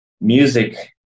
Music